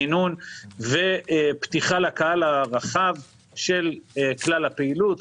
גינון ופתיחה לקהל הרחב של כלל הפעילות.